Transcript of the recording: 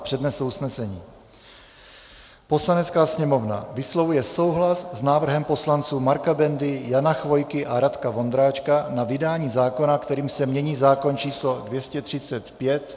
Přednesu usnesení: Poslanecká sněmovna vyslovuje souhlas s návrhem poslanců Marka Bendy, Jana Chvojky a Radka Vondráčka na vydání zákona, kterým se mění zákon č. 235...